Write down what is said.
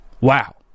Wow